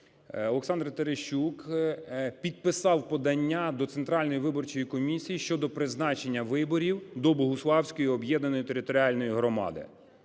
Олександр Терещук підписав подання до Центральної виборчої комісії щодо призначення виборів до Богуславської об'єднаної територіальної громади.